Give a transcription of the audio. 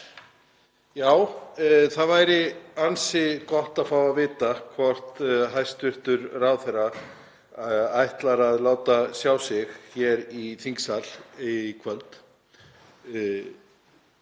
Það væri ansi gott að fá að vita hvort hæstv. ráðherra ætlar að láta sjá sig hér í þingsal í kvöld.